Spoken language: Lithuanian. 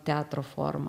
teatro forma